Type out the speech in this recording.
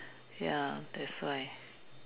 ya that's why